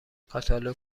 کاتالوگ